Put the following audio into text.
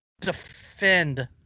defend